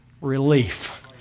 relief